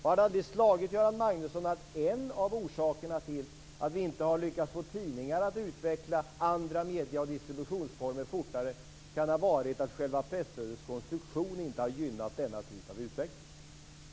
Har det aldrig slagit Göran Magnusson att en av orsakerna till att vi inte har lyckats få tidningar att utveckla andra medie och distributionsformer fortare kan ha varit att själva presstödets konstruktion inte har gynnat denna typ av utveckling?